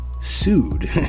sued